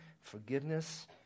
forgiveness